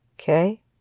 Okay